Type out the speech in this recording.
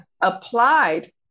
applied